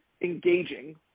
engaging